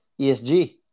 ESG